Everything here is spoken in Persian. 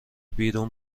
بیرون